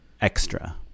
extra